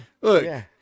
look